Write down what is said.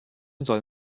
soll